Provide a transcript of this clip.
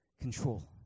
control